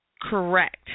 correct